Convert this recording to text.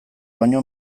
baino